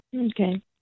Okay